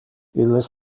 illes